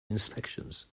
inspections